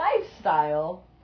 lifestyle